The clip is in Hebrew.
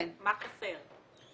מה חסר?